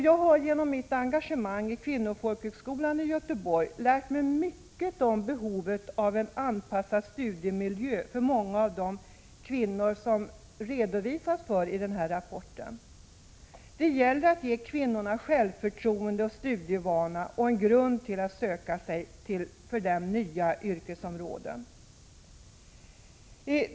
Jag har genom mitt engagemang i Kvinnofolkhögskolan i Göteborg lärt mig mycket om behovet av en anpassad studiemiljö för många av de kvinnor som det talas om i rapporten. Det gäller att ge kvinnorna självförtroende och studievana och en grund för att söka sig till för dem nya yrkesområden.